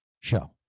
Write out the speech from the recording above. show